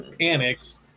panics